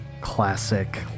classic